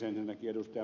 ensinnäkin ed